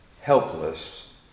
helpless